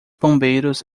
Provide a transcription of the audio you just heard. bombeiros